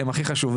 הם הכי חשובים.